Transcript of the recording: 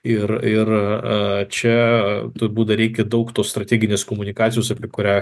ir ir čia du būdai reikia daug tos strateginės komunikacijos apie kurią